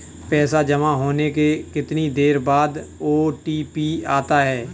पैसा जमा होने के कितनी देर बाद ओ.टी.पी आता है?